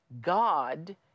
God